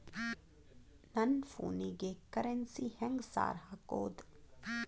ನನ್ ಫೋನಿಗೆ ಕರೆನ್ಸಿ ಹೆಂಗ್ ಸಾರ್ ಹಾಕೋದ್?